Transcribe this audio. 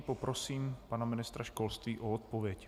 Poprosím pana ministra školství o odpověď.